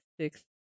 six